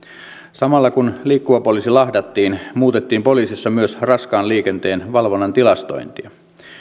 samalla kun liikkuva poliisi lahdattiin muutettiin poliisissa myös raskaan liikenteen valvonnan tilastointia